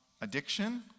addiction